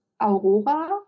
Aurora